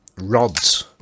rods